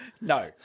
no